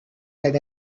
had